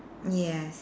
yes